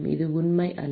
அது உண்மை அல்ல